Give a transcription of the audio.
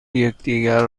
یکدیگر